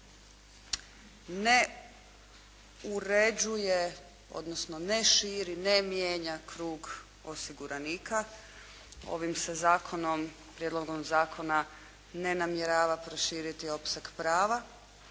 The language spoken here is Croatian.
ne uređuje odnosno ne širi, ne mijenja krug osiguranika, ovim se zakonom, prijedlogom zakona ne namjerava proširiti opseg prava.